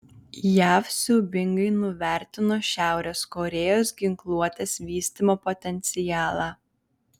jav siaubingai nuvertino šiaurės korėjos ginkluotės vystymo potencialą